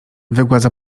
wygładza